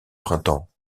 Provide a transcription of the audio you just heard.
printemps